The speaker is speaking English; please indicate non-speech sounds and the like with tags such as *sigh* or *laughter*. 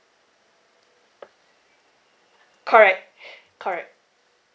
correct *breath* correct